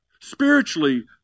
spiritually